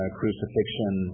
crucifixion